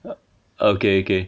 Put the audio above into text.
okay okay